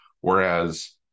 whereas